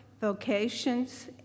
vocations